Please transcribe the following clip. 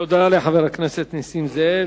תודה לחבר הכנסת נסים זאב.